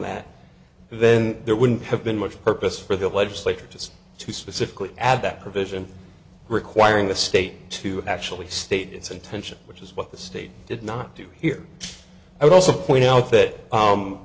that then there wouldn't have been much purpose for the legislature just to specifically add that provision requiring the state to actually state its intention which is what the state did not do here i also point out that